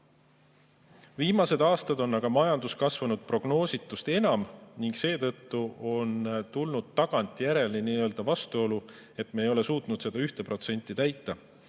suurem. Viimased aastad on aga majandus kasvanud prognoositust enam ning seetõttu on tulnud tagantjärele vastuolu, et me ei ole suutnud seda 1% täita.